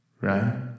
Right